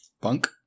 bunk